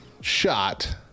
shot